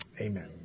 amen